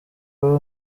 aho